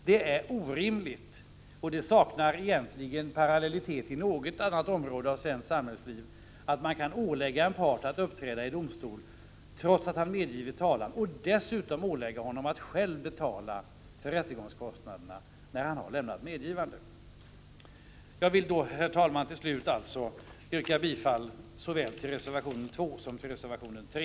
Det är orimligt, och det saknas parallell härtill inom något annat område av svenskt näringsliv, att man kan ålägga en part att uppträda i domstol, trots att denne medgivit talan, och dessutom ålägga honom att då själv betala rättegångskostnaderna. Jag vill, herr talman, till slut yrka bifall såväl till reservation 2 som till reservation 3.